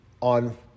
on